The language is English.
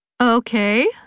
Okay